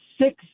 six